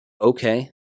Okay